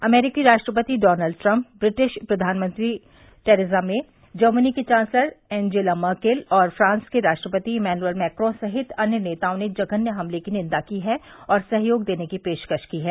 अमरीकी राष्ट्रपति Donald Trump British प्रधानमंत्री टेरिजा मे जर्मनी की चांसलर एंगेला मर्केल और फ्रांस के राष्ट्रपति एमेनुएल मेक्रॉ सहित अन्य नेताओं ने जघन्य हमले की निंदा की है और सहयोग देने की पेशकश की है